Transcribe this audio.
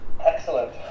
Excellent